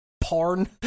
porn